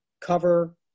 cover